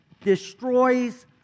destroys